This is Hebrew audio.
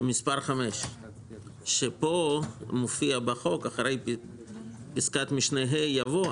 מספר 5 שפה מופיע בחוק אחרי פסקת משנה (ה) יבוא,